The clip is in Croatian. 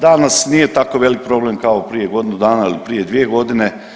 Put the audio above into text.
Danas nije tako velik problem kao prije godinu dana ili prije dvije godine.